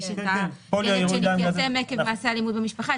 יש את הילד שמתייתם עקב מעשה אלימות במשפחה.